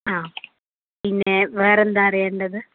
ആ പിന്നെ വേറെന്താ അറിയേണ്ടത്